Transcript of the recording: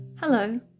Hello